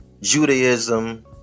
Judaism